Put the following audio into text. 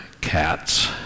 cats